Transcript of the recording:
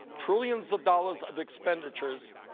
trillions of dollars of expenditures,